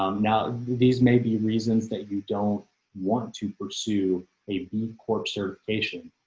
um now, these may be reasons that you don't want to pursue a b corp certification.